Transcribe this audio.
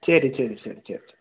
சரி சரி சரி சரி